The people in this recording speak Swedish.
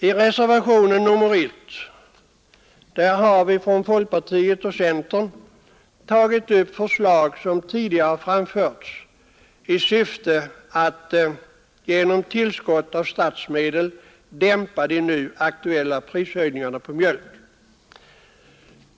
I reservationen 1 har från folkpartiet och centerpartiet tagits upp ett förslag som tidigare framförts i syfte att genom tillskott av statsmedel dämpa de nu aktuella prishöjningarna på mjölk.